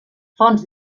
fonts